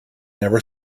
never